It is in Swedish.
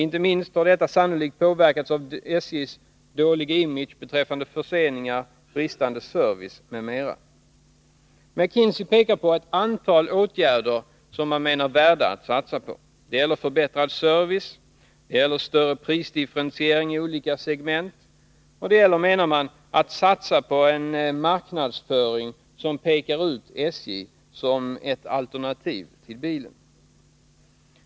Detta har sannolikt inte minst påverkats av SJ:s dåliga image beträffande förseningar, bristande service m.m. McKinsey pekar på ett antal åtgärder, värda att satsa på. Det gäller förbättrad service, större prisdifferentiering inom olika segment och satsning på en marknadsföring som pekar ut SJ som ett alternativ till bilen.